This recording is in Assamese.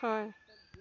ছয়